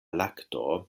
lakto